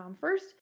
first